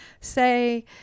say